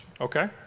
Okay